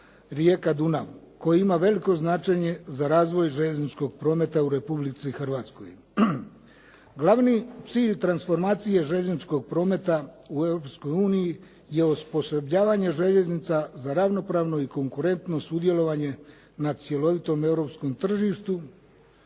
Rijeka-Dunav koji ima veliko značenje za razvoj željezničkog prometa u Republici Hrvatskoj. Glavni cilj transformacije željezničkog prometa u Europskoj uniji je osposobljavanje željeznica za ravnopravno i konkurentno sudjelovanje na cjelovitom europskom tržištu,